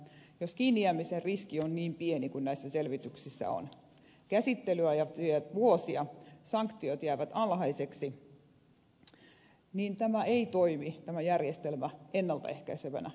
jos kiinnijäämisen riski on niin pieni kuin näissä selvityksissä on esitetty käsittelyajat vievät vuosia sanktiot jäävät alhaisiksi niin tämä järjestelmä ei toimi ennalta ehkäisevänä vaikutuksena